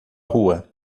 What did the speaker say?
rua